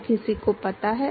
क्या किसी को पता है